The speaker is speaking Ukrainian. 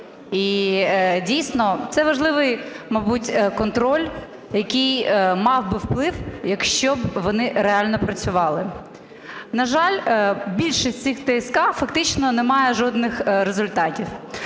І, дійсно, це важливий, мабуть, контроль, який мав би вплив, якщо б вони реально працювали. На жаль, більшість з цих ТСК фактично не має жодних результатів.